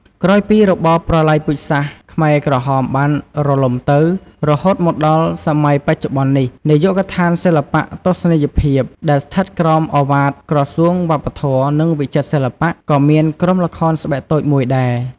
ក្រោយពីរបបប្រល័យពូជសាសន៍ខ្មែរក្រហមបានរលំទៅ រហូតមកដល់សម័យបច្ចុប្បន្ននេះ នាយកដ្ឋានសិល្បៈទស្សនីយភាព ដែលស្ថិតក្រោមឱវាទក្រសួងវប្បធម៌ និងវិចិត្រសិល្បៈ ក៏មានក្រុមល្ខោនស្បែកតូចមួយដែរ។